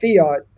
fiat